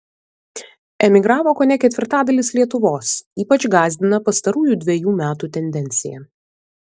emigravo kone ketvirtadalis lietuvos ypač gąsdina pastarųjų dvejų metų tendencija